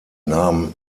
nahm